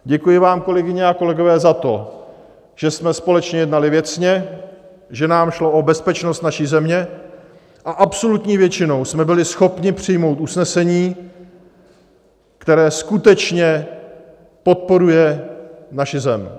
Děkuji vám, kolegyně a kolegové, za to, že jsme společně jednali věcně, že nám šlo o bezpečnost naší země a absolutní většinou jsme byli schopni přijmout usnesení, které skutečně podporuje naši zem.